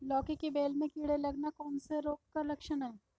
लौकी की बेल में कीड़े लगना कौन से रोग के लक्षण हैं?